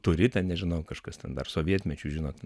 turi ten nežinau kažkas ten dar sovietmečiu žinot